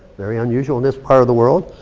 very unusual in this part of the world.